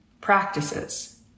practices